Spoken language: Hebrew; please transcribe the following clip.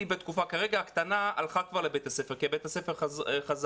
כרגע הקטנה הלכה כבר לבית הספר כי בית הספר חזר,